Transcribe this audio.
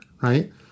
right